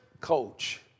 coach